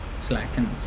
slackens